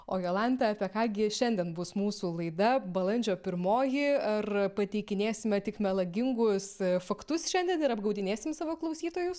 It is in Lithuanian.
o jolanta apie ką gi šiandien bus mūsų laida balandžio pirmoji ar pateikinėsime tik melagingus faktus šiandien ir apgaudinėsim savo klausytojus